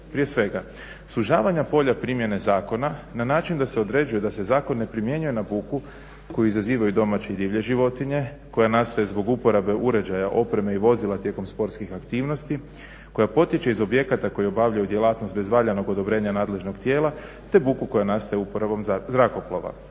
prije svega sužavanja polja primjene zakona na način da se određuje da se zakon ne primjenjuje na buku koju izazivaju domaće divlje životinje, koja nastaje zbog uporabe uređaja, opreme i vozila tijekom sportskih aktivnosti, koja potiče iz objekata koji obavljaju djelatnost bez valjanog odobrenja nadležnog tijela te buku koja nastaje uporabom zrakoplova.